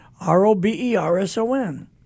R-O-B-E-R-S-O-N